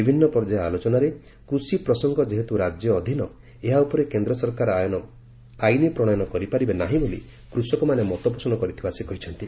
ବିଭିନ୍ନ ପର୍ଯ୍ୟାୟ ଆଲୋଚନାରେ କୃଷି ପ୍ରସଙ୍ଗ ଯେହେତୁ ରାଜ୍ୟ ଅଧୀନ ଏହା ଉପରେ କେନ୍ଦ୍ର ସରକାର ଆଇନ ପ୍ରଣୟନ କରିପାରିବେ ନାହିଁ ବୋଲି କୂଷକମାନେ ଭୁଲ ମତପୋଷଣ କରୁଛନ୍ତି